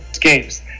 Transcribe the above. games